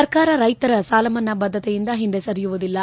ಸರ್ಕಾರ ರೈತರ ಸಾಲಮನ್ನಾ ಬದ್ದತೆಯಿಂದ ಹಿಂದೆ ಸರಿಯುವುದಿಲ್ಲ